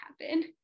happen